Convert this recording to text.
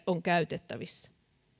on käytettävissään